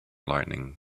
lightning